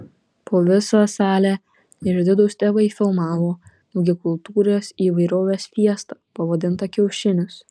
po visą salę išdidūs tėvai filmavo daugiakultūrės įvairovės fiestą pavadintą kiaušinis